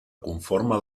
conforma